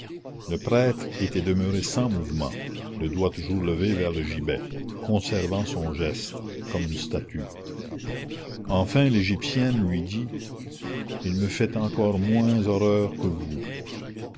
le prêtre était demeuré sans mouvement le doigt toujours levé vers le gibet conservant son geste comme une statue enfin l'égyptienne lui dit il me fait encore moins horreur que vous